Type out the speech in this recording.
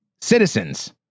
citizens